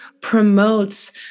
promotes